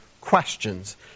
questions